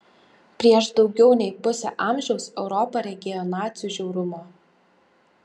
prieš daugiau nei pusę amžiaus europa regėjo nacių žiaurumą